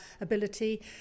ability